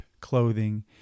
clothing